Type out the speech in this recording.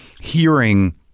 hearing